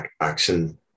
action